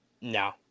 No